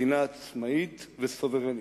מדינה עצמאית וסוברנית,